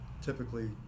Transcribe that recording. typically